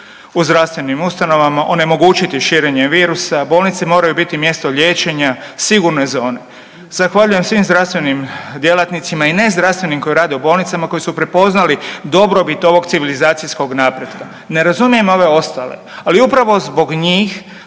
u zdravstvenim ustanovama, onemogućiti širenje virusa. Bolnice moraju biti mjesto liječenja sigurne zone. Zahvaljujem svi zdravstvenim djelatnicima i nezdravstvenim koji rade u bolnicama koji su prepoznali dobrobit ovog civilizacijskog napretka. Ne razumijem ove ostale, ali upravo zbog njih